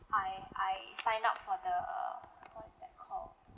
I I sign up for the what is that call